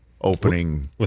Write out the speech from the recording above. opening